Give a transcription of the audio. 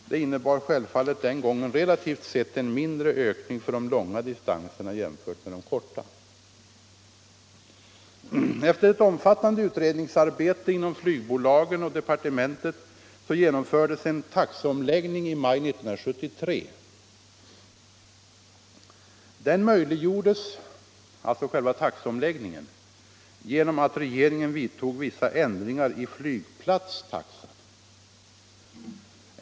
Det innebar självfallet den gången relativt sett en mindre ökning för de längre distanserna än för de kortare. Efter ett omfattande utredningsarbete inom flygbolagen och departementet genomfördes en taxeomläggning i maj 1973. Själva taxeomläggningen möjliggjordes genom att regeringen vidtog vissa ändringar i flygplatstaxorna.